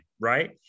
right